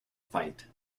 fight